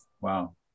Wow